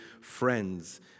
friends